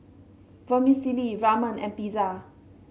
Vermicelli Ramen and Pizza